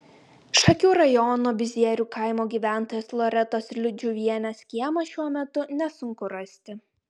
šakių rajono bizierių kaimo gyventojos loretos liudžiuvienės kiemą šiuo metu nesunku rasti